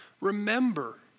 Remember